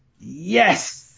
Yes